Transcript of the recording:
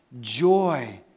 joy